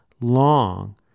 long